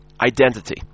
identity